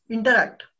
Interact